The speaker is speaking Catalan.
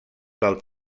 del